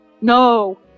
No